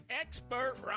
expert